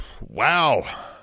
Wow